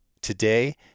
Today